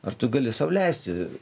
ar tu gali sau leisti